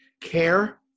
Care